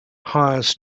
hires